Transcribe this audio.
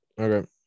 Okay